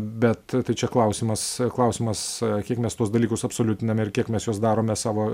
bet tai čia klausimas klausimas kiek mes tuos dalykus absoliutiname ir kiek mes juos darome savo